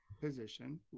position